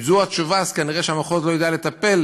אם זו התשובה, כנראה המחוז לא יודע לטפל